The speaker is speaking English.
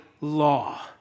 law